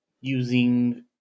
using